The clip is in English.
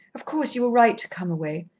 of course, you were right to come away.